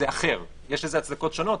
יש לזה הצדקות שונות,